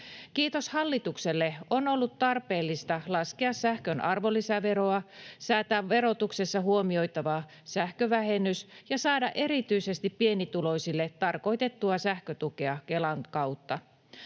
Kiitos hallitukselle. On ollut tarpeellista laskea sähkön arvonlisäveroa, säätää verotuksessa huomioitava sähkövähennys ja saada erityisesti pienituloisille tarkoitettua sähkötukea Kelan kautta.